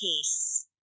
case